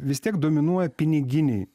vis tiek dominuoja piniginiai